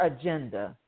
agenda